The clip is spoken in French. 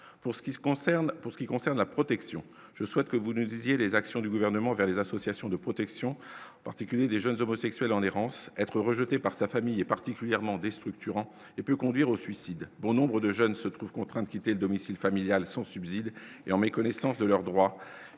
pour ce qui concerne la protection, je souhaite que vous nous disiez les actions du gouvernement envers les associations de protection, en particulier des jeunes homosexuels en errance être rejeté par sa famille et particulièrement déstructurant et peut conduire au suicide, bon nombre de jeunes se trouve contraint de quitter le domicile familial, son subside et en méconnaissance de leurs droits,